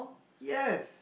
yes